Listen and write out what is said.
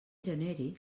generi